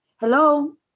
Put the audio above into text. hello